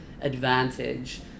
advantage